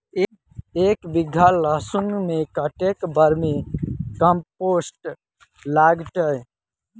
एक बीघा लहसून खेती मे कतेक बर्मी कम्पोस्ट लागतै?